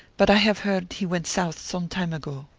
but i have heard he went south some time ago.